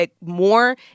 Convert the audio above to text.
more